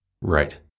Right